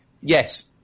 yes